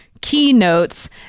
Keynotes